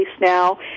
now